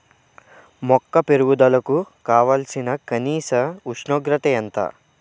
మొక్క పెరుగుదలకు కావాల్సిన కనీస ఉష్ణోగ్రత ఎంత?